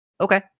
Okay